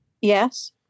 Yes